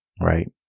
right